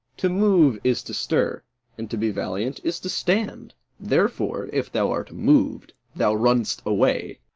to move is to stir and to be valiant is to stand therefore, if thou art moved, thou runn'st away.